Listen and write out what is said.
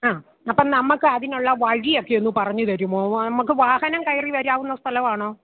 അ അപ്പം നമ്മൾക്ക് അതിനുള്ള വഴിയൊക്കെ ഒന്നു പറഞ്ഞു തരുമോ നമുക്ക് വാഹനം കയറി വരാവുന്ന സ്ഥലമാണോ